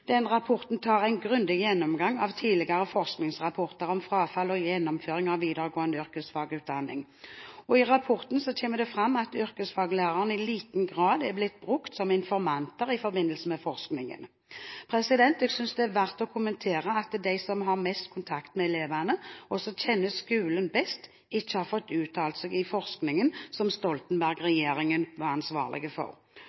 en grundig gjennomgang av tidligere forskningsrapporter om frafall og gjennomføring av videregående yrkesfagutdanning. I rapporten kommer det fram at yrkesfaglærerne i liten grad er blitt brukt som informanter i forbindelse med forskningen. Jeg synes det er verdt å kommentere at de som har mest kontakt med elevene, og som kjenner skolen best, ikke har fått uttalt seg i forskningen som Stoltenberg-regjeringen var ansvarlig for.